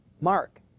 Mark